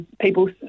people